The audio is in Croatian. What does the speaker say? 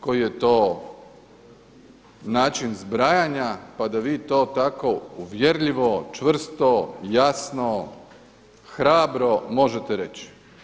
Koji je to način zbrajanja pa da vi to tako uvjerljivo, čvrsto, jasno, hrabro možete reći?